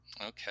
Okay